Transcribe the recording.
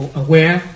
aware